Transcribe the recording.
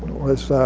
was